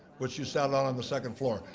which you saw down on the second floor.